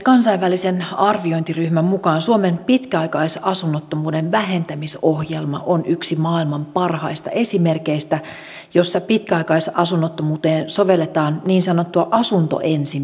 kansainvälisen arviointiryhmän mukaan suomen pitkäaikaisasunnottomuuden vähentämisohjelma on yksi maailman parhaista esimerkeistä jossa pitkäaikaisasunnottomuuteen sovelletaan niin sanottua asunto ensin periaatetta